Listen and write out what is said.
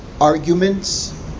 arguments